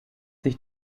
sich